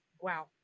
Wow